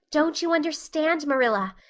don't you understand, marilla?